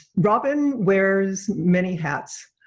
robin wears many hats.